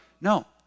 no